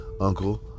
uncle